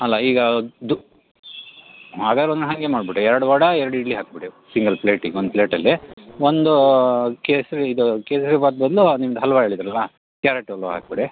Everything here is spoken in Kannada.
ಅಲ್ಲ ಈಗ ದು ಹಾಗರೆ ಒಂದು ಹಾಗೆ ಮಾಡಿಬಿಡಿ ಎರಡು ವಡ ಎರಡು ಇಡ್ಲಿ ಹಾಕಿಬಿಡಿ ಸಿಂಗಲ್ ಪ್ಲೇಟಿಗೆ ಒಂದು ಪ್ಲೇಟಲ್ಲಿ ಒಂದು ಕೇಸರಿ ಇದು ಕೇಸರಿಬಾತ್ ಬದಲು ನಿಮ್ದು ಹಲ್ವಾ ಹೇಳಿದ್ದರಲ್ಲ ಕ್ಯಾರೆಟ್ ಹಲ್ವಾ ಹಾಕಿಬಿಡಿ